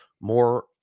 more